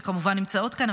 שכמובן נמצאות כאן,